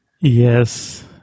Yes